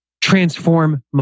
transform